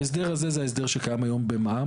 ההסדר הזה זה ההסדר שקיים היום במע"מ,